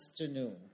afternoon